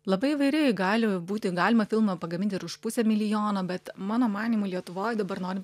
labai įvairiai gali būti galima filmą pagaminti ir už pusę milijono bet mano manymu lietuvoj dabar norint